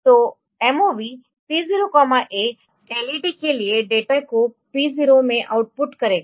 तो Mov P 0 A LED के लिए डेटा को P0 में आउटपुट करेगा